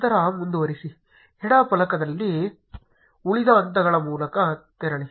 ನಂತರ ಮುಂದುವರಿಸಿ ಎಡ ಫಲಕದಲ್ಲಿ ಉಳಿದ ಹಂತಗಳ ಮೂಲಕ ತೆರಳಿ